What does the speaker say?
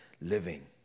living